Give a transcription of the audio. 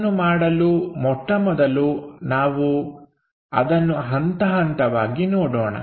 ಅದನ್ನು ಮಾಡಲು ಮೊಟ್ಟಮೊದಲು ನಾವು ಅದನ್ನು ಹಂತಹಂತವಾಗಿ ನೋಡೋಣ